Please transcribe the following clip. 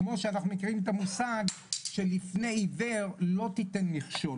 כמו שאנחנו מכירים את המושג שלפני עיוור לא תיתן מכשול,